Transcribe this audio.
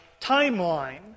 timeline